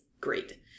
great